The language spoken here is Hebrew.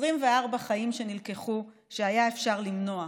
24 חיים שנלקחו שהיה אפשר למנוע.